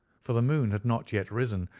for the moon had not yet risen,